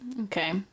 Okay